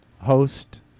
host